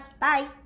Bye